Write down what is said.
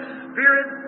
spirit